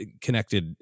connected